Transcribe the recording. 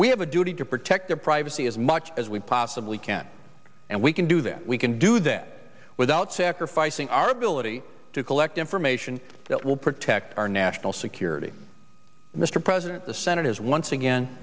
we have a duty to protect their privacy as much as we absolutely can and we can do that we can do that without sacrificing our ability to collect information that will protect our national security mr president the senate has once again